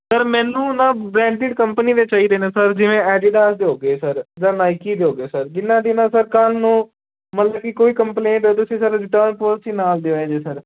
sir ਮੈਨੂੰ ਨਾ branded company ਦੇ ਚਾਹੀਦੇ ਨੇ ਸਰ ਜਿਵੇਂ ਐਡੀਡਾਸ ਦੇ ਹੋ ਗਏ ਸਰ ਜਿੱਦਾਂ ਨਾਇਕੀ ਦੇ ਹੋ ਗਏ ਸਰ ਜਿਹਨਾਂ ਦੀ ਨਾ ਸਰ ਕੱਲ੍ਹ ਨੂੰ ਮਤਲਬ ਕਿ ਕੋਈ ਕੰਪਲੇਂਟ ਤੁਸੀਂ ਸਾਨੂੰ ਰਿਟਰਨ ਪੋਲਸੀ ਨਾਲ ਦਿਓ ਜੇ ਸਰ